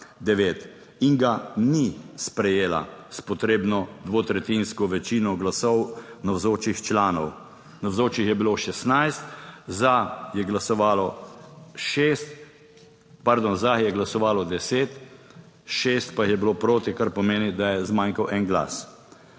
in ga ni sprejela s potrebno dvotretjinsko večino glasov navzočih članov. Navzočih je bilo 16, za je glasovalo 10, 6 pa jih je bilo proti, kar pomeni, da je zmanjkal en glas.